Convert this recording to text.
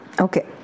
okay